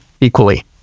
equally